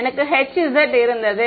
எனக்கு Hz இருந்தது